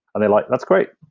and they like, that's great.